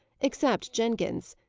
except jenkins.